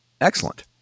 excellent